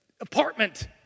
apartment